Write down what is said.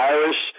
Irish